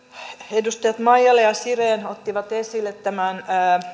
edustajat maijala ja siren ottivat esille